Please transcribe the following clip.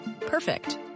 Perfect